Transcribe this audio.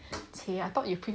!chey! I thought you